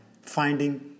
finding